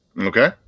Okay